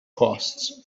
costs